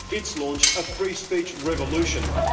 it's launched a free-speech revolution.